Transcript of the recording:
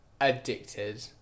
addicted